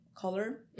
color